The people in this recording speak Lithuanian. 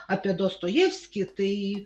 apie dostojevskį tai